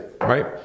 right